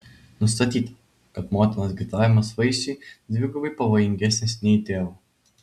nustatyta kad motinos girtavimas vaisiui dvigubai pavojingesnis nei tėvo